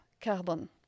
carbon